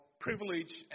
privilege